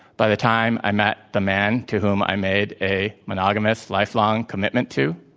by the time i met the man to whom i made a monogamous life long commitment to,